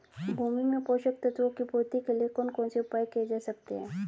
भूमि में पोषक तत्वों की पूर्ति के लिए कौन कौन से उपाय किए जा सकते हैं?